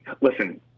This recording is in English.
Listen